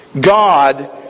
God